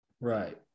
Right